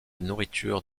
nourriture